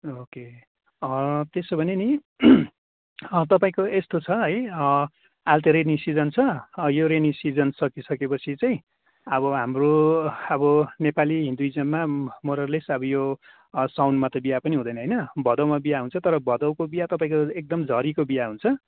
okay त्यसो भने नि तपाईँको यस्तो छ अहिले त रेनी सिजन छ यो रेनी सिजन सकिसकेपछि चाहिँ अब हाम्रो अब नेपाली हिन्दुइज्ममा मोर अर लेस अब यो साउनमा ता बिहा पनि हुँदैन होइन भदौमा बिहा हुन्छ तर भदौको बिहा तपाईँको एकदम झरीको बिहा हुन्छ